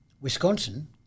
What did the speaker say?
Wisconsin